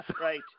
Right